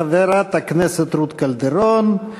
חברת הכנסת רות קלדרון,